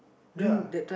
ya